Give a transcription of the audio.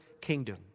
kingdom